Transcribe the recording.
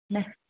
नहीं